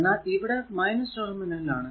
എന്നാൽ ഇവിടെ ടെർമിനൽ ആണ്